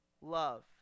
love